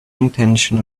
intention